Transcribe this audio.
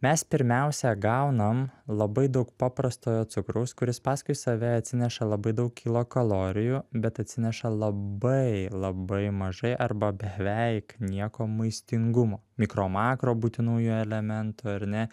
mes pirmiausia gaunam labai daug paprastojo cukraus kuris paskui save atsineša labai daug kilokalorijų bet atsineša labai labai mažai arba beveik nieko maistingumo mikro makro būtinųjų elementų ar ne